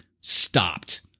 stopped